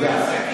תודה.